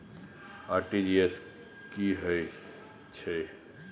RTG S की है छै?